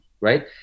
right